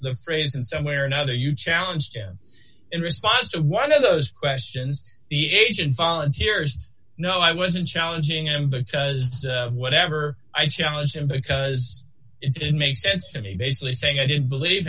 or phrase in some way or another you challenge him in response to one of those questions the asian silence years no i wasn't challenging him because whatever i challenged him because it didn't make sense to me basically saying i didn't believe